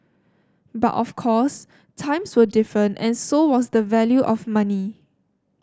but of course times were different and so was the value of money